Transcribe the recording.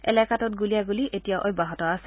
এলেকাটোত গুলীয়াণুলী এতিয়াও অব্যাহত আছে